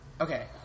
Okay